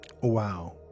Wow